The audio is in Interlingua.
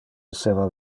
esseva